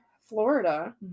Florida